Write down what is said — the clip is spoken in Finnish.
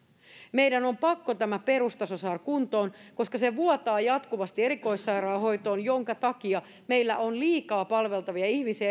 meidän on pakko tämä perustaso saada kuntoon koska se vuotaa jatkuvasti erikoissairaanhoitoon minkä takia meillä on erikoissairaanhoidossa liikaa palveltavia ihmisiä